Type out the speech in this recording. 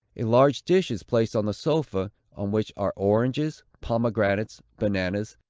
a large dish is placed on the sofa, on which are oranges, pomegranates, bananas,